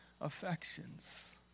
affections